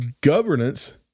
governance